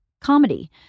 comedy